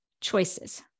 choices